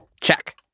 Check